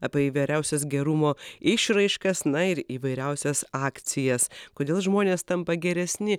apie įvairiausias gerumo išraiškas na ir įvairiausias akcijas kodėl žmonės tampa geresni